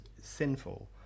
sinful